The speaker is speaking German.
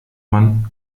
man